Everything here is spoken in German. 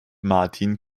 martin